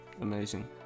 amazing